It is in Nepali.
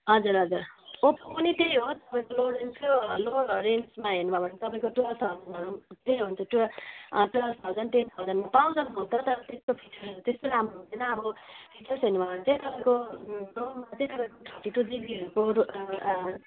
हजुर हजुर ओप्पो पनि त्यही हो तपाईँको लो रेन्जको लो रेन्जमा हेर्नुभयो भने तपाईँको टुएल्भ थाउजन्डहरू मात्रै हुन्छ टुएल्भ अँ टुएल्भ थाउजन्ड टेन थाउजन्डमा पाउँछ फोन तर त्यस्तो फिचरहरू त्यस्तो राम्रो हुँदैन अब फिचर्स हेर्नु भयो भने चाहिँ तपाईँको थर्टी टू जिबीहरूको